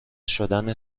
شدن